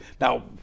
now